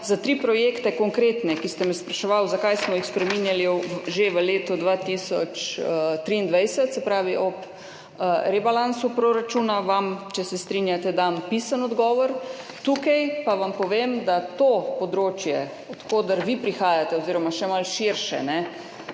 projekte, za katere ste me spraševali, zakaj smo jih spreminjali že v letu 2023, se pravi ob rebalansu proračuna, vam, če se strinjate, dam pisni odgovor. Tukaj pa vam povem, da to področje, od koder vi prihajate, oziroma še malo širše, od